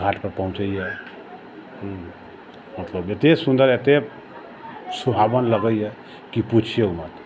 घाटपर पहुँचैए मतलब एतेक सुन्दर एतेक सुभावन लगैए कि पूछियौ मत